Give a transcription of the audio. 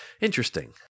interesting